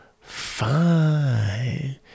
fine